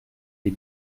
est